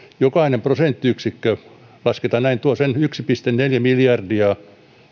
jokainen prosenttiyksikkö näin lasketaan tuo sen yksi pilkku neljä miljardia